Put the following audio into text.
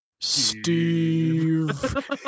Steve